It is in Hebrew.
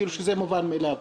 כאילו שזה מובן מאליו.